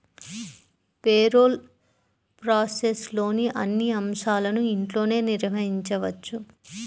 payroll ప్రాసెస్లోని అన్ని అంశాలను ఇంట్లోనే నిర్వహించవచ్చు